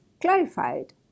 clarified